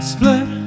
Split